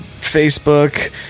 facebook